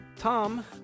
Tom